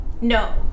No